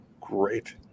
Great